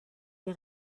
wir